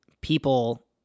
people